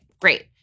Great